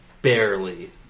Barely